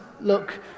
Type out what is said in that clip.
look